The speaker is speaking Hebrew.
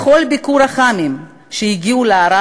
בכל ביקור אח"מים בערד,